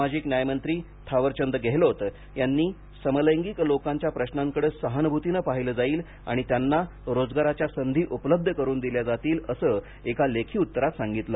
सामाजिक न्याय मंत्री थावर चंद गेहलोत यांनी समलैंगिक लोकांच्या प्रश्नांकडे सहानुभूतीनं पाहिलं जाईल आणि त्यांना रोजगाराच्या संधी उपलब्ध करून दिल्या जातील असं एक लेखी उत्तरात सांगितलं